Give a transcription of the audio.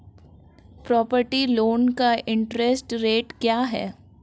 Property loan का interest rate क्या है?